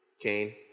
Cain